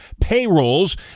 payrolls